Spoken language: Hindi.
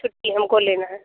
छुट्टी हमको लेना है